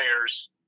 players